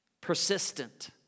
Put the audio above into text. Persistent